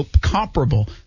comparable